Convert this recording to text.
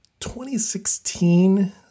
2016